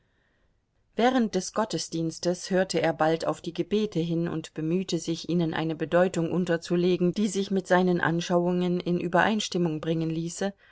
während des gottesdienstes hörte er bald auf die gebete hin und bemühte sich ihnen eine bedeutung unterzulegen die sich mit seinen anschauungen in übereinstimmung bringen ließe